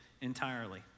entirely